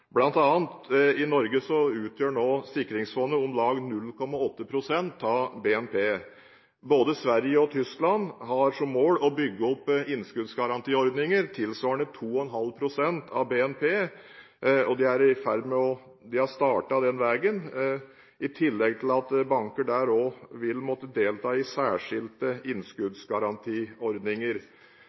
land. I Norge utgjør nå sikringsfondet om lag 0,8 pst. av BNP. Både Sverige og Tyskland har som mål å bygge opp innskuddsgarantiordninger tilsvarende 2,5 pst. av BNP. De har startet den veien, i tillegg til at banker også der vil måtte delta i særskilte innskuddsgarantiordninger.